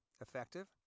effective